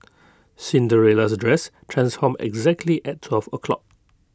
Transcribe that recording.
Cinderella's dress transformed exactly at twelve o' clock